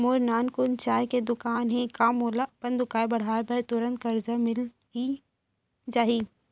मोर नानकुन चाय के दुकान हे का मोला अपन दुकान बढ़ाये बर तुरंत करजा मिलिस जाही?